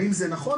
האם זה נכון?